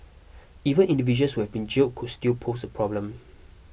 even individuals who have been jailed could still pose a problem